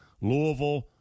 louisville